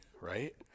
right